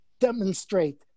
demonstrate